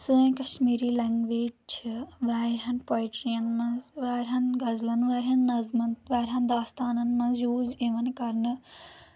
سٲنۍ کشمیٖری لینٛگویج چھِ واریاہن پویٹرین منٛز واریاہَن غزلَن واریاہَن نظمن واریاہن داستانَن منٛز یوٗز یِوان کرنہٕ